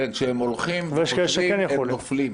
כשהם הולכים וכותבים הם נופלים.